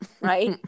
right